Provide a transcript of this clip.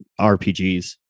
RPGs